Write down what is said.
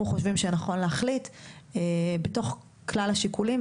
חושבים שנכון להחליט בתוך כלל השיקולים,